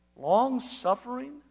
long-suffering